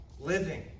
living